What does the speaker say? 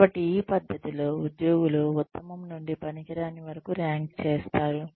కాబట్టి ఈ పద్ధతిలో ఉద్యోగులు ఉత్తమం నుండి పనికిరాని వరకు ర్యాంక్ చేస్తారు